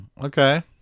Okay